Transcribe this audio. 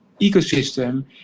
ecosystem